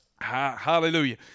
Hallelujah